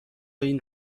این